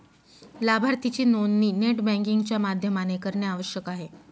लाभार्थीची नोंदणी net banking च्या माध्यमाने करणे आवश्यक आहे